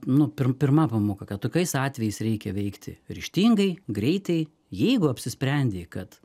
nu pirm pirma pamoka kad tokiais atvejais reikia veikti ryžtingai greitai jeigu apsisprendei kad